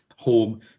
Home